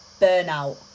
burnout